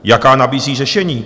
Jaká nabízí řešení?